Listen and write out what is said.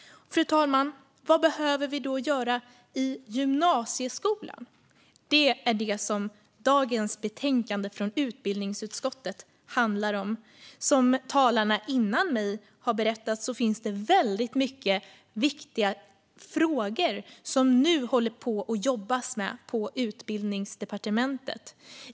Fru talman! Vad behöver vi då göra i gymnasieskolan? Det är detta som dagens betänkande från utbildningsutskottet handlar om. Som talarna före mig har berättat finns det väldigt många viktiga frågor som man nu håller på att arbeta med på Utbildningsdepartementet.